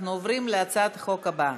אנחנו עוברים להצעת החוק הבאה,